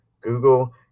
Google